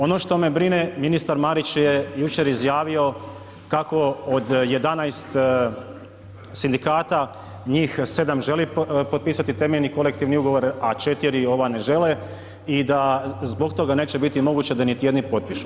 Ono što me brine, ministar Marić je jučer izjavio kako od 11 sindikata, njih 7 želi potpisati temeljni kolektivni ugovor, a 4 ova ne žele i da zbog toga neće biti moguće da niti jedni potpišu.